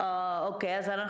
סליחה,